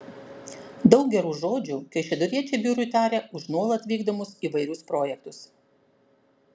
daug gerų žodžių kaišiadoriečiai biurui taria už nuolat vykdomus įvairius projektus